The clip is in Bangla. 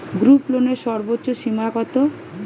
গ্রুপলোনের সর্বোচ্চ সীমা কত?